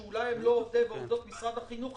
שאולי הם לא עובדי משרד החינוך,